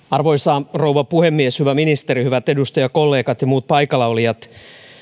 arvoisa rouva puhemies hyvä ministeri hyvät edustajakollegat ja muut paikallaolijat